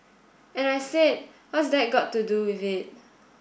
and I said What's that got to do with it